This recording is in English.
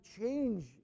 change